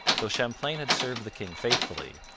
though champlain had served the king faithfully,